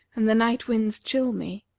and the night-winds chill me.